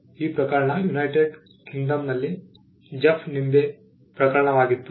ಈ ಪ್ರಕರಣ ಯುನೈಟೆಡ್ ಕಿಂಗ್ಡಂನಲ್ಲಿ ಜೆಫ್ ನಿಂಬೆ ಪ್ರಕರಣವಾಗಿತ್ತು